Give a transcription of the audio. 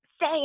say